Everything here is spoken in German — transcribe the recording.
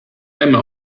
einmal